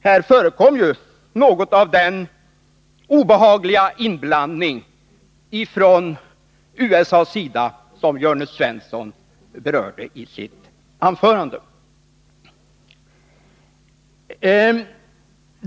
— Det förekom alltså något av den obehagliga inblandning från USA:s sida som Jörn Svensson berörde i sitt anförande.